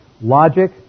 Logic